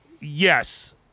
yes